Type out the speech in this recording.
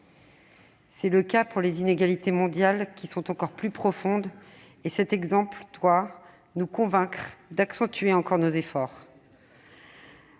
aussi le cas pour les inégalités mondiales, qui sont encore plus profondes, et cet exemple doit nous convaincre d'accentuer encore nos efforts.